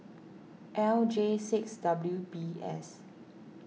L J six W B S